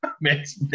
makes